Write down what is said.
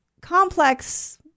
complex